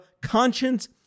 conscience